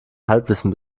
halbwissen